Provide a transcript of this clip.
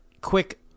quick